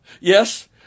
Yes